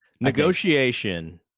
Negotiation